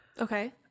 Okay